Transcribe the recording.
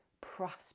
prosper